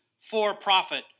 for-profit